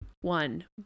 one